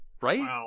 right